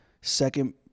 second